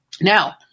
Now